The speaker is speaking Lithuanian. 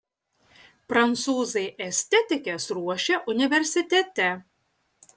prancūzai estetikes ruošia universitete